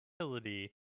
utility